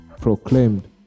proclaimed